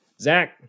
Zach